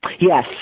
Yes